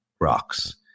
rocks